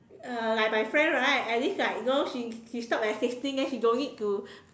uh like my friend right at least like you know she she stop assisting then she don't need to